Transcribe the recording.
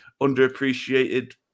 underappreciated